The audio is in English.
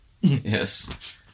Yes